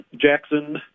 Jackson